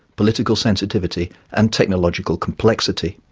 political sensitivity and technological complexity.